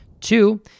Two